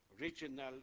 regional